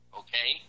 okay